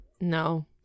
No